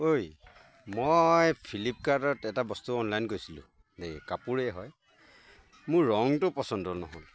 ঐ মই ফ্লিপকাৰ্টত এটা বস্তু অনলাইন কৰিছিলোঁ এই কাপোৰেই হয় মোৰ ৰংটো পচন্দ নহ'ল